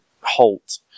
halt